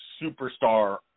superstar